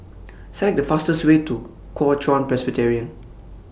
Select The fastest Way to Kuo Chuan Presbyterian